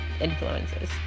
influences